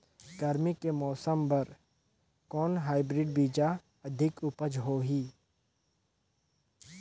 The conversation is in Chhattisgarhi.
गरमी के मौसम बर कौन हाईब्रिड बीजा अधिक उपज होही?